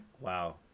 wow